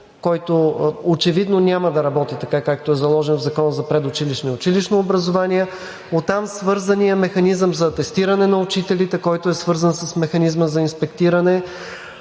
който очевидно няма да работи така, както е заложен в Закона за предучилищното и училищното образование, а оттам свързаният механизъм за атестиране на учителите, който е свързан с механизма за инспектиране,